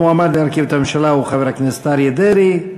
המועמד להרכיב את הממשלה הוא חבר הכנסת אריה דרעי.